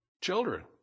Children